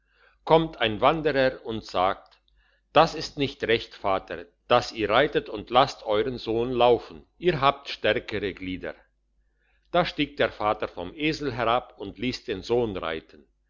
kommt ein wanderer und sagt das ist nicht recht vater dass ihr reitet und lasst euern sohn laufen ihr habt stärkere glieder da stieg der vater vom esel herab und liess den sohn reiten